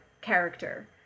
character